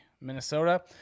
Minnesota